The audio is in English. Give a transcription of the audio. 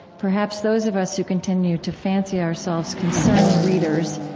perhaps those of us who continue to fancy ourselves concerned readers,